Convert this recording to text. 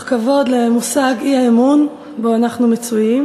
כבוד למושג האי-אמון שבו אנחנו מצויים,